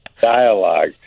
dialogue